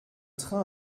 train